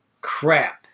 crap